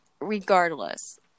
Regardless